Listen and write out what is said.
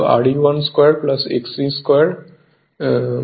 সুতরাং এটি আসলে 648 হবে